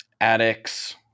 addicts